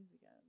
again